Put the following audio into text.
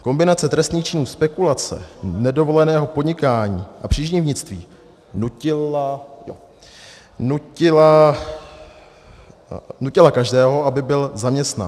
Kombinace trestných činů spekulace, nedovoleného podnikání a příživnictví nutila každého, aby byl zaměstnán.